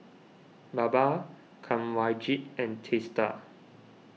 Baba Kanwaljit and Teesta